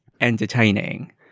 entertaining